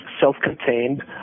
self-contained